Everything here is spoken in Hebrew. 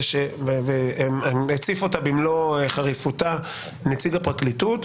והציף אותה במלוא חריפותה נציג הפרקליטות,